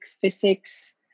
physics